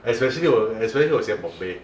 especially 我 especially 我喜欢 Bombay